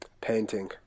Painting